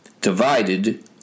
Divided